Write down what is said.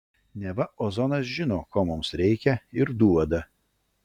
neva ozonas žino ko mums reikia ir duoda